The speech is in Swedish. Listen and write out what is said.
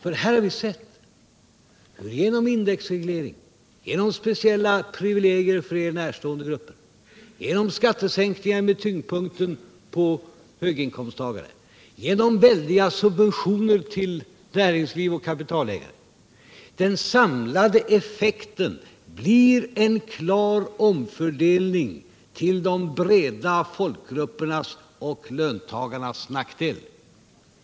Vi har ju sett hur den genom indexreglering, genom speciella privilegier för regeringen närstående grupper, genom skattesänkningar med tyngdpunkten på höginkomsttagare, genom väldiga subventioner till näringsliv och kapitalägare uppnår den samlade effekten att det blir en klar omfördelning till de breda folkgruppernas och löntagarnas nackdel.